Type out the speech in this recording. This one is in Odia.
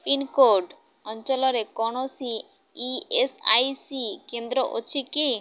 ପିନ୍କୋଡ଼୍ ଅଞ୍ଚଳରେ କୌଣସି ଇ ଏସ୍ ଆଇ ସି କେନ୍ଦ୍ର ଅଛି କି